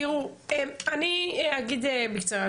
תראו, אני אגיד בקצרה.